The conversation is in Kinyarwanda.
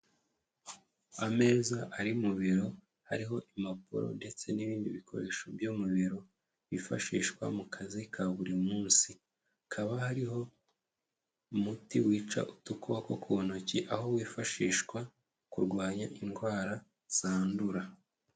Ameza ari mu biro, hariho impapuro ndetse n'ibindi bikoresho byo mu biro, byifashishwa mu kazi ka buri munsi, hakaba hariho umuti wica uduko ku ntoki, aho wifashishwa kurwanya indwara zandura.